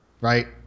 Right